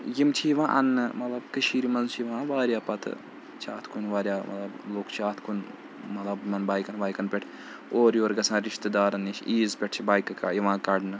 یِم چھِ یِوان اَننہٕ مطلب کٔشیٖرِ منٛز چھِ یِوان واریاہ پَتہٕ چھِ اَتھ کُن واریاہ مطلب لُکھ چھِ اَتھ کُن مطلب یِمَن بایکَن وایکَن پٮ۪ٹھ اورٕ یور گَژھان رِشتہٕ دارَن نِش عیٖز پٮ۪ٹھ چھِ بایکہٕ یِوان کَڑنہٕ